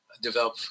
develop